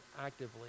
actively